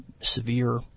Severe